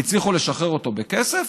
הם הצליחו לשחרר אותו בכסף.